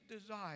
desire